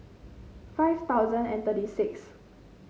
five thousand and thirty six